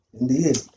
Indeed